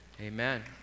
Amen